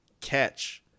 catch